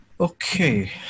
Okay